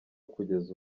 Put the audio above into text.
kugeza